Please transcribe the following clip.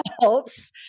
helps